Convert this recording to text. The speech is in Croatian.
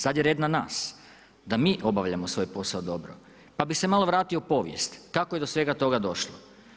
Sada je red na nas da mi obavljamo svoj posao dobra, pa bi se malo vratio u povijest kako je do svega toga došlo.